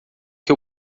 que